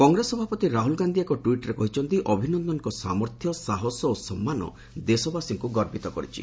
କଂଗ୍ରେସ ସଭାପତି ରାହୁଲ୍ ଗାନ୍ଧି ଏକ ଟ୍ୱିଟ୍ରେ କହିଛନ୍ତି ଅଭିନନ୍ଦନଙ୍କ ସାମର୍ଥ୍ୟ ସାହସ ଓ ସମ୍ମାନ ଦେଶବାସୀଙ୍କୁ ଗର୍ବିତ କରିଛି